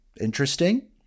interesting